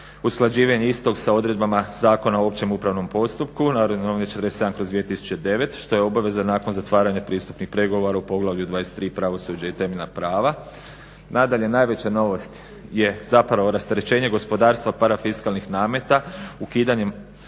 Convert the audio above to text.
usklađivanje istoga sa odredbama Zakona o općem upravnom postupku "Narodne novine" 47/2009. što je obaveza nakon zatvaranja pristupnih pregovara u poglavlju 23. pravosuđe i temeljna prava. Nadalje, najveća novost je zapravo rasterećenje gospodarstva parafiskalnih nameta ukidanjem